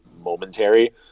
momentary